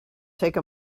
take